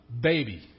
baby